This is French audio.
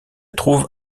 trouvent